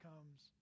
comes